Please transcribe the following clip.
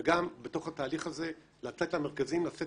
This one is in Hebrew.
וגם בתוך התהליך הזה לתת למרכזים לשאת